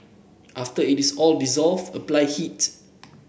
after it is all dissolved apply heat